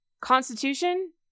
Constitution